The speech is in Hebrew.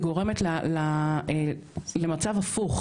היא גורמת למצב הפוך.